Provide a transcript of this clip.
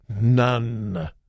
None